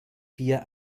vier